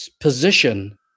position